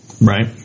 right